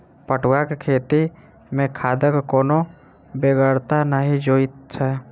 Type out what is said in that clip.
पटुआक खेती मे खादक कोनो बेगरता नहि जोइत छै